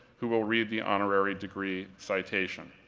who will read the honorary degree citation.